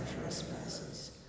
trespasses